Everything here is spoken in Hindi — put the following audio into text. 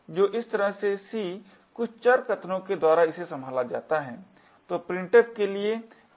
तो जिस तरह से C कुछ चर कथनों के द्वारा इसे संभालता है तो printf के लिए प्रोटोटाइप कुछ इस तरह दिखता है